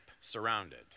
surrounded